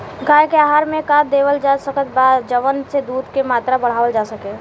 गाय के आहार मे का देवल जा सकत बा जवन से दूध के मात्रा बढ़ावल जा सके?